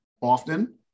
often